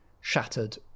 shattered